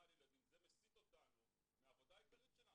על ילדים זה מסיט אותנו מהמשימה העיקרית שלנו.